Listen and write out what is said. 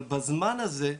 אבל בזמן הזה,